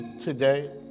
today